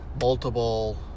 multiple